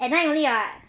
and then really ah